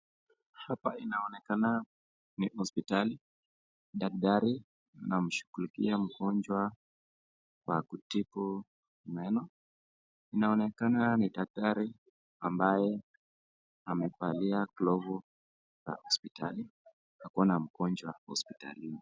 Hapa inaonekana ni hospitali, dakitari anamshungulikia mgonjwa kwa kutibu meno. Inaonekana ni dakitari ambaye amevalia glovu,(cs), za hospitali, akona mgonjwa hospitalini.